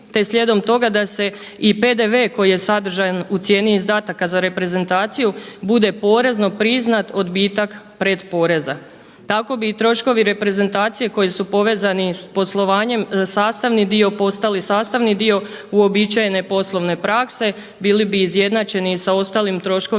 te slijedom toga da se i PDV koji je sadržan u cijeni izdataka za reprezentaciju bude porezno priznat odbitak pretporeza. Tako bi troškovi reprezentacije koji su povezani s poslovanjem postali sastavni dio uobičajene poslovne prakse bili bi izjednačeni sa ostalim troškovima